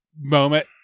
moment